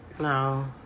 No